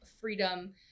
freedom